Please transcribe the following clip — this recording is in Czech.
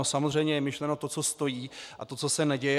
Samozřejmě je myšleno to, co stojí, a to, co se neděje.